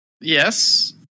yes